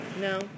No